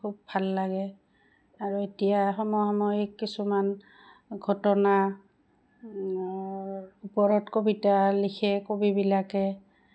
খুব ভাল লাগে আৰু এতিয়া সময় সময় কিছুমান ঘটনা ওপৰত কবিতা লিখে কবিবিলাকে